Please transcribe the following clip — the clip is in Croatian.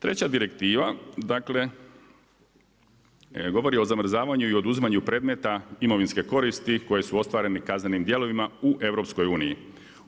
Treća direktiva dakle, govori o zamrzavanju i oduzimanju predmeta imovinske koristi koje su ostvarene kaznenih djelima u EU-u.